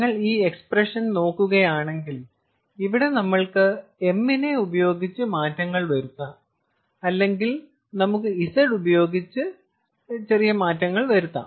നിങ്ങൾ ഈ എക്സ്പ്രഷൻ നോക്കുകയാണെങ്കിൽ ഇവിടെ നമ്മൾക്ക് m നെ ഉപയോഗിച്ച് മാറ്റങ്ങൾ വരുത്താം അല്ലെങ്കിൽ നമുക്ക് Z ഉപയോഗിച്ച് മാറ്റങ്ങൾ വരുത്താം